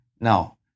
Now